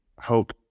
hope